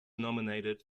nominated